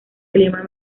clima